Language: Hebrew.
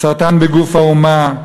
סרטן בגוף האומה,